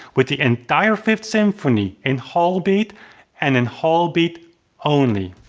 with the entire fifth symphony. in whole beat and in whole beat only.